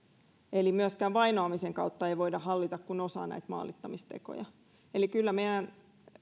eli myöskään vainoamisen kautta ei voida hallita kuin osaa näistä maalittamisteoista eli kyllä meidän